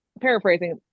paraphrasing